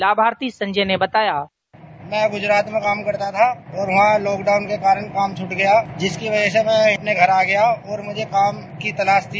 लाभार्थी संजय ने बताया बाइट भैं गुजराज में काम करता था और वहां लॉकडाउन के कारण काम छुट गया जिसकी वजह से मैं अपने घर आ गया और मुझे काम की तलाश थी